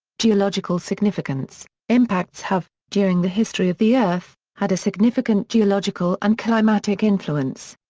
geological significance impacts have, during the history of the earth, had a significant geological and climatic influence.